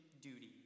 duty